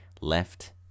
left